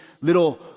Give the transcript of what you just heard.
Little